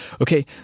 Okay